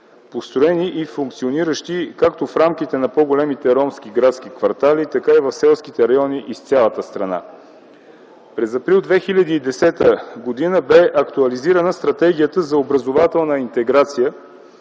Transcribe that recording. построени и функциониращи както в рамките на по-големите ромски градски квартали, така и в селските райони из цялата страна. През м. април 2010 г. бе актуализирана Стратегията за образователна интеграция